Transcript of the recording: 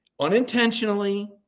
unintentionally